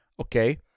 Okay